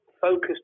focused